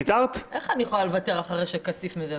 איך אני יכולה לוותר אחרי שכסיף מדבר?